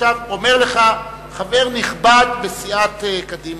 עכשיו, אומר לך, חבר נכבד בסיעת קדימה,